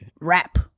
rap